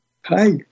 Hi